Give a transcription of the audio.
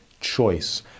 choice